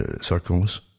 circles